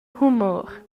humor